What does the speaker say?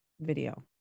video